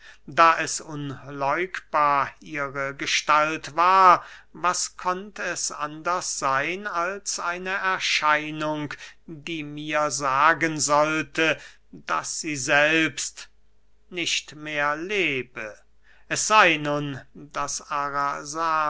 da es unläugbar ihre gestalt war was konnt es anders seyn als eine erscheinung die mir sagen sollte daß sie selbst nicht mehr lebe es sey nun daß